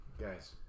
guys